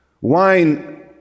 wine